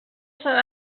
sant